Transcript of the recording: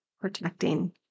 protecting